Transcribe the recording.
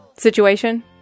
Situation